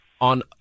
on